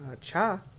cha